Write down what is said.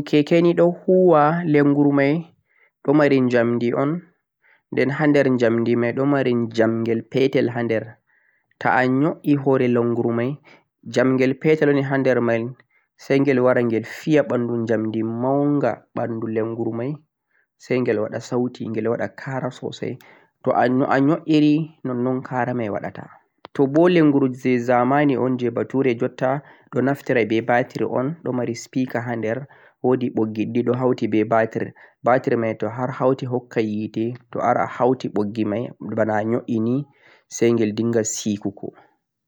languru keke don huuwa languru mei don mari jamdi o'n den hander jamdi mei don mari jamdei petal hander toh a yoe'e langu mei jamgel petal nei hander sengel warengel fiiya banduu jamdi manga bangur mei sengel waadi sauti gel wada karo sosai toh a yoe'iri non-non kara mei wadata toh boo languru zamani o'n jee bature jotta o nafturi jee batiri o'n dhum mari sipika haan hander be naftiri woodi be bikkido batiri mei hauti hukkai hite toh a hauti boigir mei boona a hautini sai gel sinyel siko